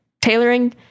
tailoring